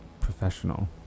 professional